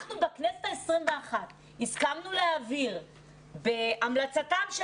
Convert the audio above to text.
אנחנו בכנסת ה-21 הסכמנו להעביר בהמלצתם של